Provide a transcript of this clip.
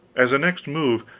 as a next move,